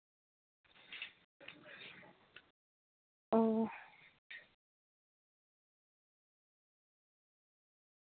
ᱚ